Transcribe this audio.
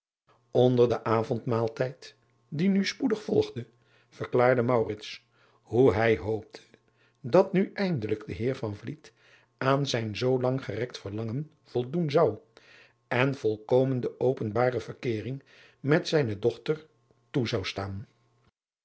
nder den avondmaaltijd die nu spoedig volgde verklaarde hoe hij hoopte dat nu eindelijk de eer aan zijn zoolang gerekt verlangen voldoen zou en volkomen de openbare verkeering met zijne dochter toe zou staan